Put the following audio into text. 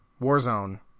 Warzone